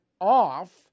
off